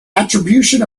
attribution